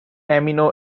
amino